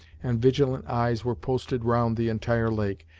and vigilant eyes were posted round the entire lake,